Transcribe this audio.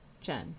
Jen